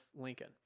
Lincoln